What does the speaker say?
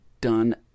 done